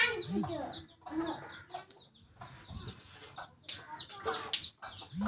मोर भाया जूतार रिटेल स्टोर खोलील छ